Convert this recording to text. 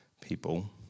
people